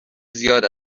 زیاد